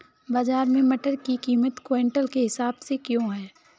बाजार में मटर की कीमत क्विंटल के हिसाब से क्यो है?